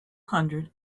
hundred